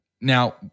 Now